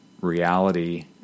reality